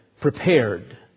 prepared